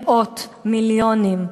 מאות מיליונים.